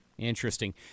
Interesting